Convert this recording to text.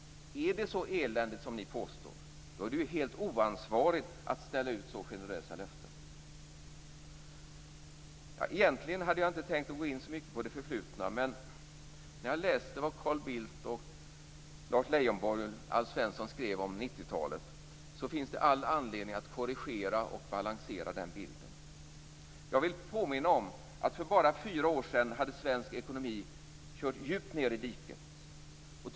Är det så eländigt som ni påstår är det helt oansvarigt att ställa ut så generösa löften. Egentligen hade jag inte tänkt att gå in så mycket på det förflutna, men när jag läste vad Carl Bildt, Lars Leijonborg och Alf Svensson skrev om 90-talet kände jag att det finns all anledning att korrigera och balansera den bilden. Jag vill påminna om att svensk ekonomi hade kört djupt ned i diket för bara fyra år sedan.